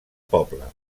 poble